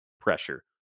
pressure